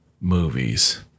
movies